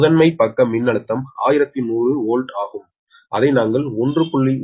முதன்மை பக்க மின்னழுத்தம் 1100 வோல்ட் ஆகும் அதை நாங்கள் 1